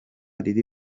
riri